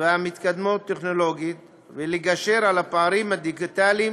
והמתקדמות טכנולוגית ולגשר על הפערים הדיגיטליים